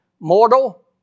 Mortal